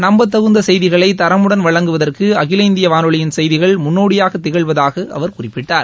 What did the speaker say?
நம்பத்தகுந்த செய்திகளை தரமுடன் வழங்குவதற்கு அகில இந்திய வானொலியின் செய்திகள் முன்னோடியாக திகழ்வதாக அவர் குறிப்பிட்டார்